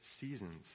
seasons